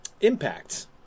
impacts